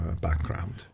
background